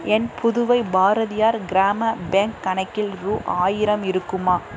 என் புதுவை பாரதியார் கிராம பேங்க் கணக்கில் ரூபா ஆயிரம் இருக்குமா